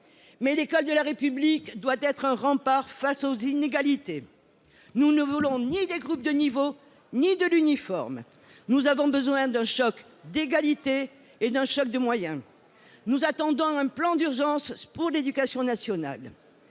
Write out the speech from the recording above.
l’école de la République doit être un rempart face aux inégalités. Nous ne voulons ni des groupes de niveau ni de l’uniforme. Nous avons besoin d’un choc d’égalité et d’un choc de moyens. Nous attendons un plan d’urgence pour l’éducation nationale.